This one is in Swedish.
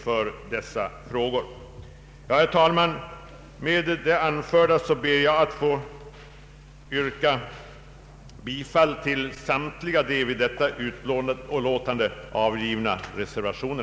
Herr talman! Med det anförda ber jag att få yrka bifall till samtliga vid detta utlåtande avgivna reservationer.